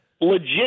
Legit